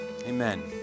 Amen